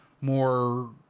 more